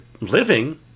living